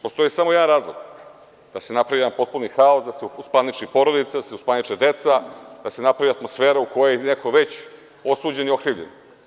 Postoji samo jedan razlog, da se napravi jedan potpuni haos, da se uspaniči porodica, da se uspaniče deca, da se napravi atmosfera u kojoj je neko već okrivljen ili osuđen.